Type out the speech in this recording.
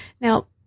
Now